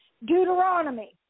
Deuteronomy